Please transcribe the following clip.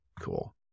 Cool